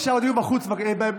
בבקשה, או תהיו בחוץ, בצד.